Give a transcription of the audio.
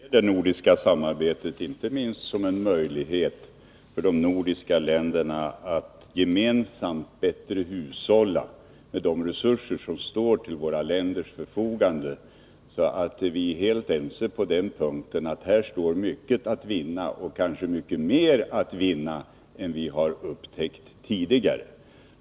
Herr talman! Jag ser det nordiska samarbetet inte minst som en möjlighet för de nordiska länderna att gemensamt bättre hushålla med de resurser som står till våra länders förfogande. Vi är alltså helt ense om att här står mycket att vinna — och kanske mycket mer än vi har upptäckt tidigare.